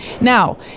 Now